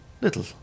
little